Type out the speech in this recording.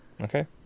Okay